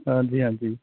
ਹਾਂਜੀ ਹਾਂਜੀ